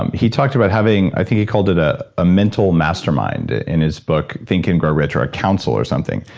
um he talked about having. i think he called it ah a mental mastermind in his book, think and grow rich or a counsel or something.